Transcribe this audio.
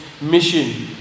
mission